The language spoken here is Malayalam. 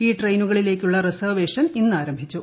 ഈ ട്രെയിനുകളിലേക്കുള്ള റിസർവേഷൻ ഇന്ന് ആരംഭിച്ചു